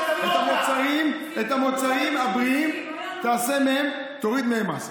המוצרים הבריאים, תוריד מהם מס.